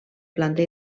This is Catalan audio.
planta